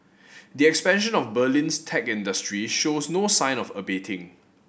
the expansion of Berlin's tech industry shows no sign of abating